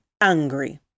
angry